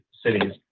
cities